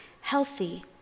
healthy